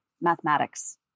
mathematics